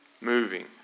moving